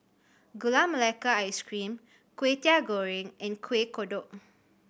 Gula Melaka Ice Cream Kway Teow Goreng and Kueh Kodok